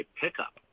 pickup